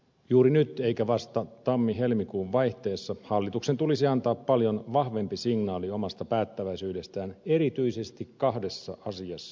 juuri nyt eikä vasta tammihelmikuun vaihteessa hallituksen tulisi antaa paljon vahvempi signaali omasta päättäväisyydestään erityisesti kahdessa asiassa